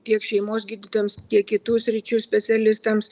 tiek šeimos gydytojams tiek kitų sričių specialistams